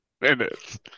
minutes